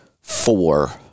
four